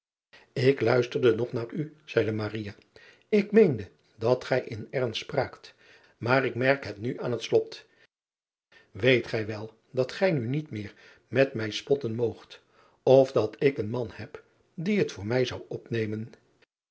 k luisterde nog naar u zeide ik meende dat gij in ernst spraakt maar ik merk het nu aan het slot eet gij wel dat gij nu niet meer met mij spotten moogt of dat ik een man heb die het voor mij zou opnemen